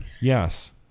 Yes